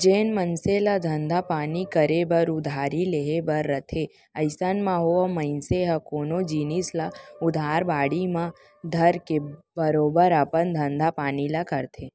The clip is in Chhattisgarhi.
जेन मनसे ल धंधा पानी करे बर उधारी लेहे बर रथे अइसन म ओ मनसे ह कोनो जिनिस ल उधार बाड़ी म धरके बरोबर अपन धंधा पानी ल करथे